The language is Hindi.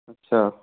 अच्छा